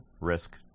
risk